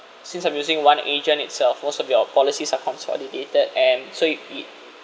since I'm using one agent itself most of their policies are consolidated and so you